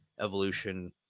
evolution